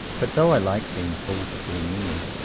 but though i like being a fool before men,